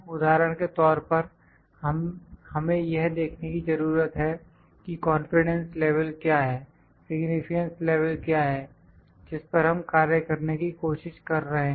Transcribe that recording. उदाहरण के तौर पर हमें यह देखने की जरूरत है कि कॉन्फिडेंस लेवल क्या है सिग्निफिकेंस् लेवल क्या है जिस पर हम कार्य करने की कोशिश कर रहे हैं